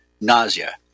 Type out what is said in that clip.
nausea